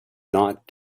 not